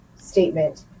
statement